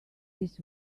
this